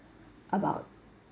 about